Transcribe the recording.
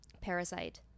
Parasite